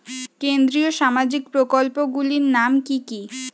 কেন্দ্রীয় সামাজিক প্রকল্পগুলি নাম কি কি?